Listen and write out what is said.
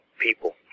people